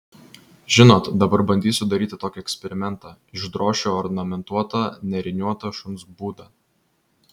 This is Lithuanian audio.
žinot dabar bandysiu daryti tokį eksperimentą išdrošiu ornamentuotą nėriniuotą šuns būdą